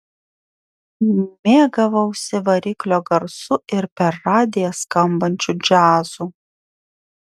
mėgavausi variklio garsu ir per radiją skambančiu džiazu